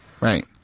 Right